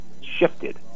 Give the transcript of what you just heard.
shifted